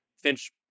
Finch